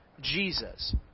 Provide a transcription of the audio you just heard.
Jesus